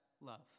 love